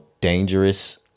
dangerous